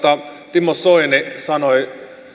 timo soini sanoi